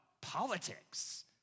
politics